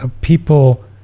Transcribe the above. people